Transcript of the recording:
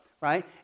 Right